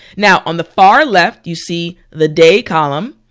now on the far left you see the day column,